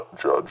judge